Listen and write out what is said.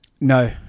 No